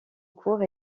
cours